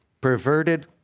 perverted